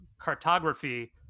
cartography